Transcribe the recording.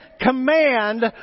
command